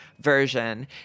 version